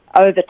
over